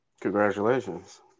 Congratulations